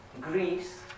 Greece